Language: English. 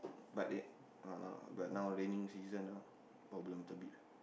but they uh but now raining season ah problem little bit